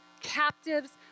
captives